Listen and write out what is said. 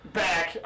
back